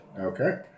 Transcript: Okay